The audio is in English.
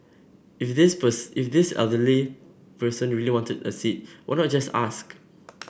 if this if this elderly person really wanted a seat why not just ask